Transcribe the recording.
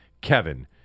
kevin